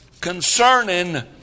concerning